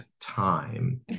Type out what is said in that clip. time